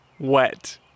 Wet